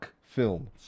film